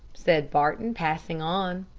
said barton, passing on.